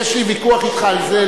יש לי ויכוח אתך על זה.